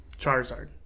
Charizard